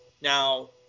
Now